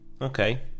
Okay